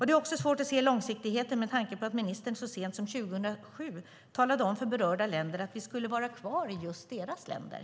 Det är också svårt att se långsiktigheten med tanke på att ministern så sent som 2007 talade om för berörda länder att vi skulle vara kvar i just deras länder.